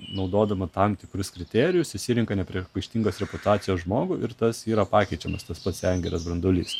naudodama tam tikrus kriterijus išsirenka nepriekaištingos reputacijos žmogų ir tas yra pakeičiamas tas pats sengirės branduolys